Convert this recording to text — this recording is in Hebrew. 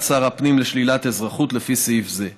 שר הפנים לשלילת אזרחות לפי סעיף זה,